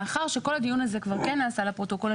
מאחר שכל הדיון הזה כבר כן נעשה לפרוטוקול,